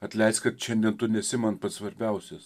atleisk kad šiandien tu nesi man pats svarbiausias